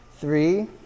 Three